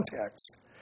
context